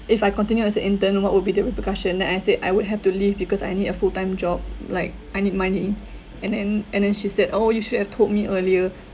if I continue as a intern what would be the repercussion then I said I would have to leave because I need a full time job like I need money and then and then she said oh you should have told me earlier